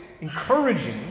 encouraging